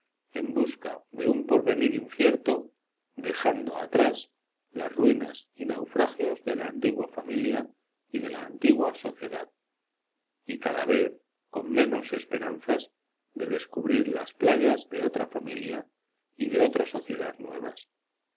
en busca de un porvenir incierto dejando atrás las ruinas y naufragios de la antigua familia y de la antigua sociedad y cada vez con menos esperanzas de descubrir las playas de otra familia y de otra sociedad nuevas